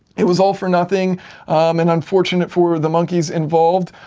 it was all for nothing and unfortunate for the monkeys involved,